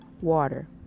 water